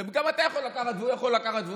וגם אתה יכול לקחת והוא יכול לקחת